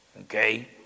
okay